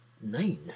nine